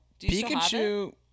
Pikachu